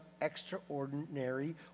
extraordinary